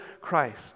Christ